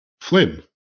Flynn